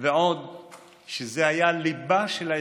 ועוד הם הליבה של ההסכם,